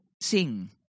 sing